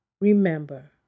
remember